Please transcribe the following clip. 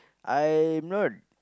I'm not